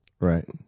Right